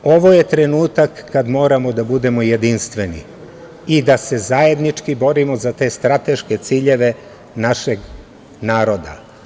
Ovo je trenutak kad moramo da budemo jedinstveni i da se zajednički borimo za te strateške ciljeve našeg naroda.